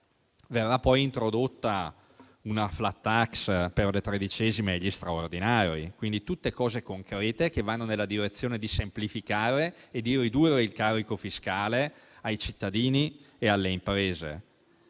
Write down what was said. Verrà poi introdotta una *flat tax* per le tredicesime e gli straordinari. Sono tutte misure concrete che vanno nella direzione di semplificare e ridurre il carico fiscale ai cittadini e alle imprese.